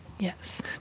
Yes